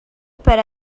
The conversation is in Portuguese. para